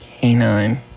Canine